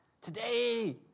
Today